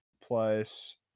plus